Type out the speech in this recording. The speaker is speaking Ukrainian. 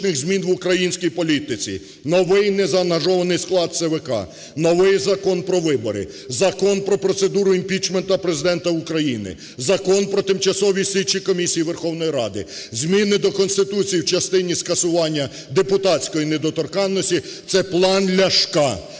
змін в українській політиці, новий і незаангажований склад ЦВК, новий Закон про вибори, Закон про процедуру імпічменту Президента України, Закон про Тимчасові слідчі комісії Верховної Ради, зміни до Конституції в частині скасування депутатської недоторканності це план Ляшка